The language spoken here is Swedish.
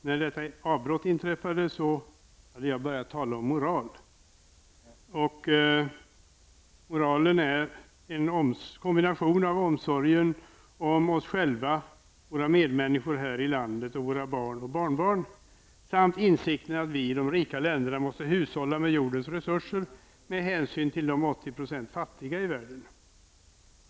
Herr talman! När avbrottet inträffade, hade jag börjat tala om moral. Moralen är en kombination av omsorg om oss själva, våra medmänniskor här i landet och våra barn och barnbarn samt instikten att vi i de rika länderna måste hushålla med jordens resurser med hänsyn till de 80 % fattiga i världen.